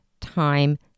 time